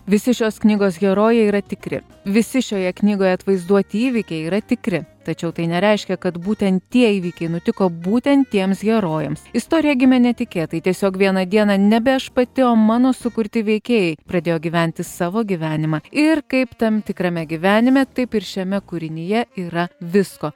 visi šios knygos herojai yra tikri visi šioje knygoje atvaizduoti įvykiai yra tikri tačiau tai nereiškia kad būtent tie įvykiai nutiko būtent tiems herojams istorija gimė netikėtai tiesiog vieną dieną nebe aš pati o mano sukurti veikėjai pradėjo gyventi savo gyvenimą ir kaip tam tikrame gyvenime taip ir šiame kūrinyje yra visko